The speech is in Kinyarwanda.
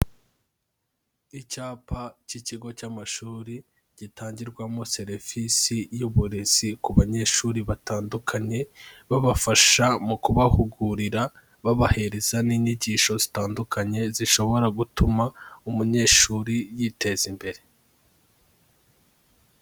Icyapa cy'ikigo cy'amashuri gitangirwamo serivisi y'uburezi ku banyeshuri batandukanye, babafasha mu kubahugurira babahereza n'inyigisho zitandukanye zishobora gutuma umunyeshuri yiteza imbere.